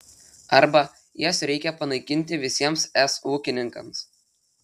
arba jas reikia panaikinti visiems es ūkininkams